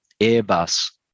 Airbus